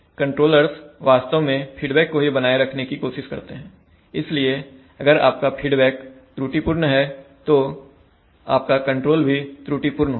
controllers वास्तव में feedback को ही बनाए रखने की कोशिश करते हैं इसलिए अगर आपका फीडबैक त्रुटिपूर्ण है तो आपका कंट्रोल भी त्रुटिपूर्ण होगा